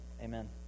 Amen